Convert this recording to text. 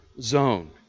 zone